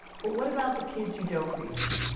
but what about the kids you don't reach?